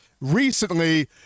recently